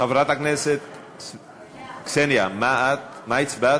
חברת הכנסת קסניה, מה הצבעת?